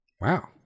Wow